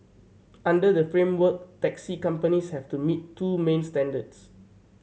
under the framework taxi companies have to meet two main standards